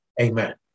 Amen